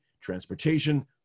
transportation